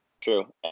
True